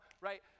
right